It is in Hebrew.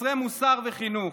חסרי מוסר וחינוך.